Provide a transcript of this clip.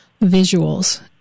visuals